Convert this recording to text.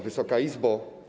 Wysoka Izbo!